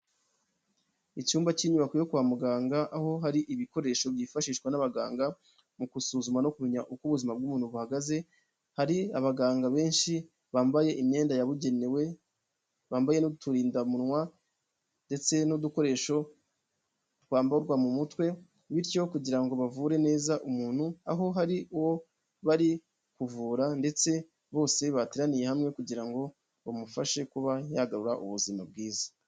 Icyumba cy'inyubako yo kwa muganga aho hari ibikoresho byifashishwa n'abaganga mu gusuzuma no kumenya uko ubuzima bw'umuntu buhagaze hari abaganga benshi bambaye imyenda yabugenewe ,bambaye n'uturindamunwa ndetse n'udukoresho twamburwa mu mutwe bityo kugira ngo bavure neza umuntu aho hari uwo bari kuvura ndetse bose bateraniye hamwe kugira ngo bamufashe kuba yagarura ubuzima bwiza.